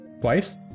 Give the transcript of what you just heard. twice